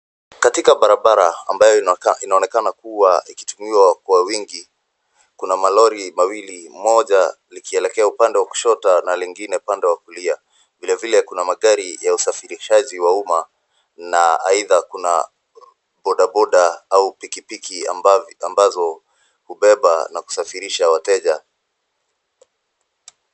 Katika Barabara ambayo inaonekana kuwa ikitumiwa kwa wingi, kuna malori mawili moja likielekea upande wa kushoto na lingine pande wa kulia. Vile vile kuna magari ya usafirishaji wa umma na aidha kuna boda boda au piki piki ambazo hubeba na kusafirisha wateja.